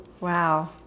Wow